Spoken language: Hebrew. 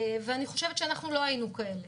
אני חושבת שאנחנו לא היינו כאלה.